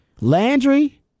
Landry